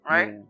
Right